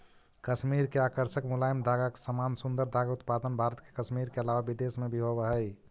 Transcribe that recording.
कश्मीर के आकर्षक मुलायम धागा के समान सुन्दर धागा के उत्पादन भारत के कश्मीर के अलावा विदेश में भी होवऽ हई